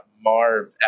Marv